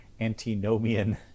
antinomian